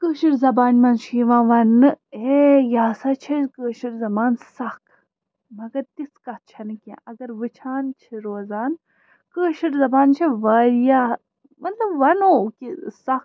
کٲشِر زبانہِ منٛز چھُ یِوان وَننہٕ ہے یہِ ہسا چھِ اسہِ کٲشِر زبان سَخ مگر تِژھ کَتھ چھَنہٕ کیٚنٛہہ اگر وُچھان چھِ روزان کٲشِر زبان چھِ واریاہ مطلب وَنو کہِ سَخ